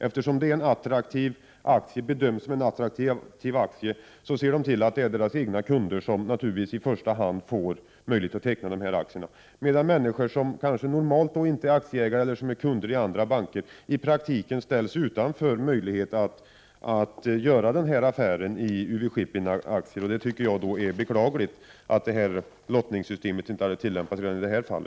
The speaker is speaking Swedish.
Eftersom det bedöms vara attraktiva aktier ser de naturligtvis till att det i första hand är deras egna kunder som får möjlighet att teckna dessa aktier. Människor som kanske normalt inte är aktieägare eller som är kunder i andra banker ställs i praktiken utanför möjligheten att göra denna affär med aktier i UV-Shipping. Det är därför beklagligt att lottningssystemet inte tillämpas i detta fall.